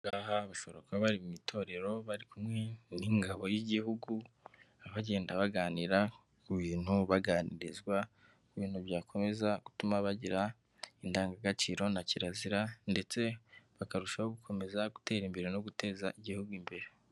Aha ngaha bashobora kuba bari mu itorero bari kumwe n'ingabo y'igihugu, bagenda baganira ku bintu baganirizwa ku bintu byakomeza gutuma bagira indangagaciro na kirazira, ndetse bakarushaho gukomeza gutera imbere no guteza igihugu imbere.